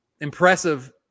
impressive